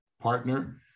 partner